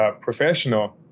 professional